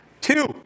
Two